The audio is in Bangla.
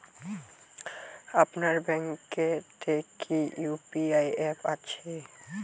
আপনার ব্যাঙ্ক এ তে কি ইউ.পি.আই অ্যাপ আছে?